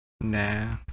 Nah